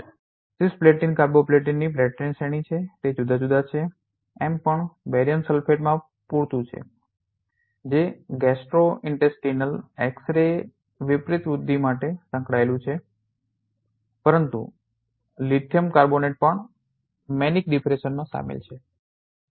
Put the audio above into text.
દાખલા તરીકે આપણી પાસે દવા સિસ્પ્લેટિન કાર્બોપ્લાટિનની પ્લેટિન શ્રેણી છે તે જુદાં જુદાં છે અમે પણ બેરીયમ સલ્ફેટમાં પૂરતું છે જે ગેસ્ટ્રોઇંટેસ્ટીનલ એક્સ રે વિપરીત વૃદ્ધિ માટે સંકળાયેલું છે પરંતુ લિથિયમ કાર્બોનેટ પણ મેનિક ડિપ્રેસનમાં સામેલ છે